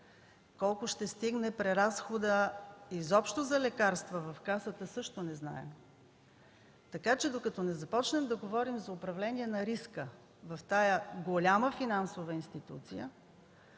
колко ще стигне преразходът изобщо за лекарства в Касата, също не знаем. Така че докато не започнем да говорим за управление на риска в тази голяма финансова институция,